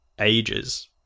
ages